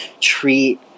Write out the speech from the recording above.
treat